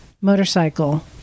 motorcycle